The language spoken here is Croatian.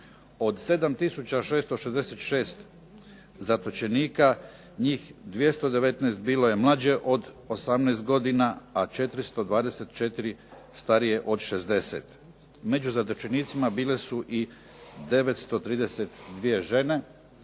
Od 7666 njih 219 bilo je mlađe od 19 godina a 424 starije od 60. Među zatočenicima bile su i 932 žene,